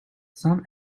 some